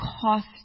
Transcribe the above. cost